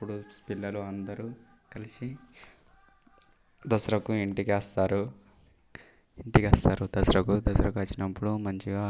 అప్పుడు పిల్లలు అందరూ కలిసి దసరకు ఇంటికొస్తారు ఇంటికొస్తారు దసరకు దసరాకు వచ్చినప్పుడు మంచిగా